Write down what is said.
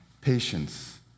patience